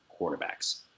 quarterbacks